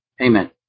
Amen